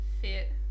fit